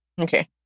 Okay